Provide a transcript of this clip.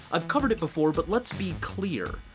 i've covered it before but let's be clear.